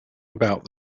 about